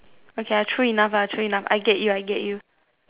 okay lah true enough lah true enough I get you I get you